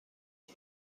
کجا